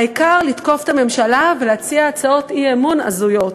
העיקר לתקוף את הממשלה ולהציע הצעות אי-אמון הזויות.